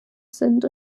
sind